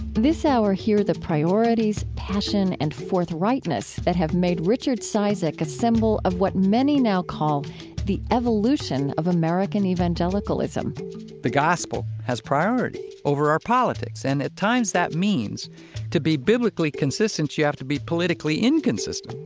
this hour, hear the priorities, passion, and forthrightness that have made richard cizik a symbol of what many now call the evolution of american evangelicalism. the gospel has priority over our politics, and, at times, that means that to be biblically consistent, you have to be politically inconsistent.